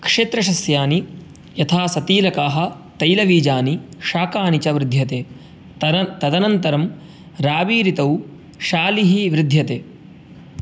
क्षेत्रसस्यानि यथा सतीलकाः तैलबीजानि शाकानि च वृध्यन्ते तर तदनन्तरं रावी ऋतौ शालिः वृध्यते